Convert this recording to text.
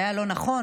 היה לא נכון,